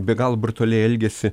be galo brutaliai elgėsi